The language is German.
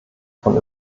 von